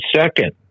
second